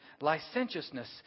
licentiousness